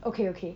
okay okay